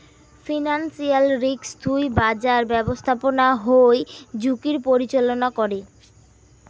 financial risk থুই বাঁচার ব্যাপস্থাপনা হই ঝুঁকির পরিচালনা করে